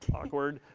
awkward.